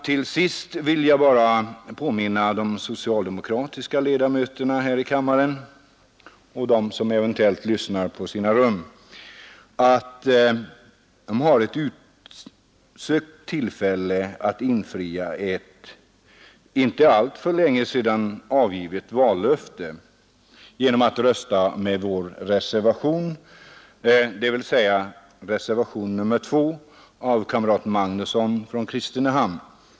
Till sist vill jag bara påminna de socialdemokratiska ledamöterna — dem som är här i kammaren och dem som eventuellt lyssnar på sina rum — att de nu har ett utsökt tillfälle att infria ett för inte alltför länge sedan avgivet vallöfte genom att rösta med vår reservation, dvs. reservationen 2 av kamrat Magnusson i Kristinehamn.